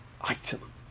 item